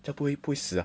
这不会不死 ah